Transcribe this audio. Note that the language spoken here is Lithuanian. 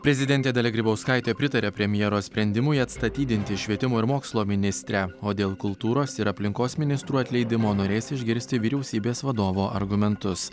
prezidentė dalia grybauskaitė pritaria premjero sprendimui atstatydinti švietimo ir mokslo ministrę o dėl kultūros ir aplinkos ministrų atleidimo norės išgirsti vyriausybės vadovo argumentus